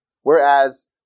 Whereas